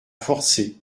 forcé